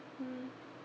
mm